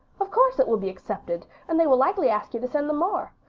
of course it will be accepted, and they will likely ask you to send them more.